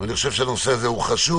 אני חושב שהנושא הזה חשוב.